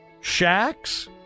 shacks